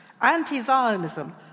Anti-Zionism